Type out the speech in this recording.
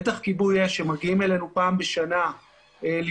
בטח כיבוי אש שמגיעים אלינו פעם בשנה לבדוק,